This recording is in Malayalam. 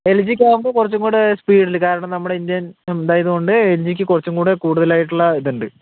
എൽ ജിക്ക് ആകുമ്പോൾ കുറച്ചുംകൂടി സ്പീഡില് കാരണം നമ്മുടെ ഇന്ത്യൻ ഇതായതുകൊണ്ട് എൽ ജിക്ക് കുറച്ചുംകൂടി കൂടുതൽ ആയിട്ടുള്ള ഇതുണ്ട്